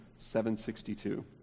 762